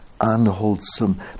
unwholesome